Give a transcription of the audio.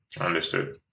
Understood